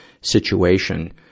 situation